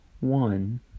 one